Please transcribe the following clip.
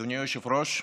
אדוני היושב-ראש,